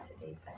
today